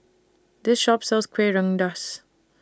This Shop sells Kueh Rengas